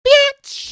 Bitch